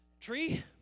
tree